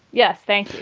yes thanks,